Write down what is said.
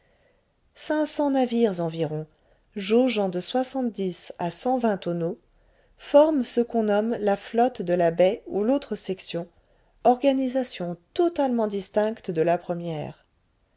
cents navires environ jaugeant de soixante-dix à cent vingt tonneaux forment ce qu'on homme la flotte de la baie ou l'autre section organisation totalement distincte de la première